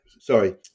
sorry